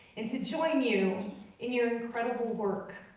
and to join you in your incredible work,